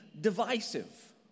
divisive